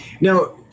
Now